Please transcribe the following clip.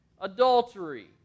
adultery